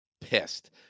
pissed